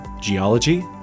geology